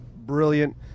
Brilliant